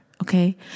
Okay